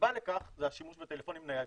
הסיבה לכך זה השימוש בטלפונים ניידים.